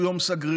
הוא יום סגרירי,